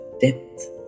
depth